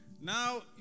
now